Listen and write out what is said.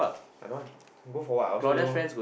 I don't want go for what I also don't know